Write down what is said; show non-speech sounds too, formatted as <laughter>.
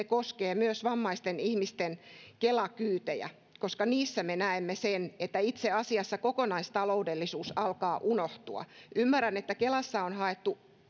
<unintelligible> koskee myös vammaisten ihmisten kela kyytejä koska niissä me näemme sen että itse asiassa kokonaistaloudellisuus alkaa unohtua ymmärrän että kelassa on haettu